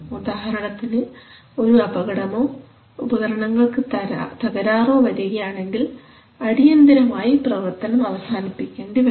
ഉദാഹരണത്തിന് ഒരു അപകടമോ ഉപകരണങ്ങൾക്ക് തകരാറോ വരികയാണെങ്കിൽ അടിയന്തരമായി പ്രവർത്തനം അവസാനിപ്പിക്കേണ്ടി വരും